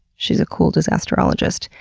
she's a cool disasterologist.